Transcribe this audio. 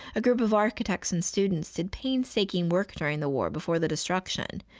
a group of architects and students did painstaking work during the war before the destruction,